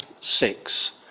six